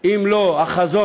אם לא החזון